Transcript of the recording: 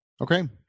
Okay